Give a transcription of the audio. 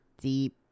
deep